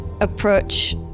approach